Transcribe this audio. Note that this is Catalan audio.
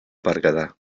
berguedà